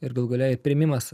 ir galų gale ir priėmimas